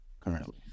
currently